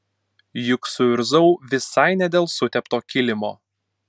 juk suirzau visai ne dėl sutepto kilimo